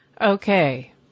Okay